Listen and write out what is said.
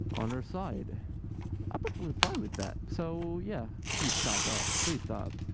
on her side i'm fine with that so yeah please stop that please stop